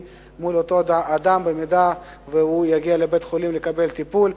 לאותו אדם אם הוא יגיע לבית-החולים לקבל טיפול.